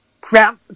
crap